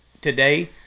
today